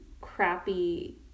crappy